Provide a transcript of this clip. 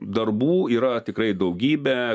darbų yra tikrai daugybę